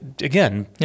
again